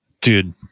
Dude